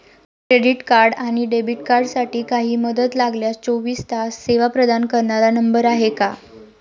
Credit आणि debit कार्डसाठी काही मदत लागल्यास चोवीस तास सेवा प्रदान करणारा नंबर आहे का?